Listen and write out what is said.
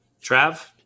trav